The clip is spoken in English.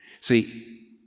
See